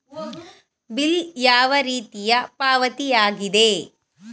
Bill ಯಾವ ರೀತಿಯ ಪಾವತಿಯಾಗಿದೆ?